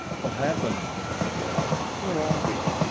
what happened? she asked. where are we?